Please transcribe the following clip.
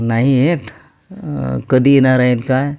नाही आहेत कधी येणार आहेत काय